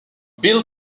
bill